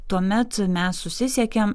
tuomet mes susisiekiam